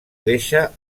deixa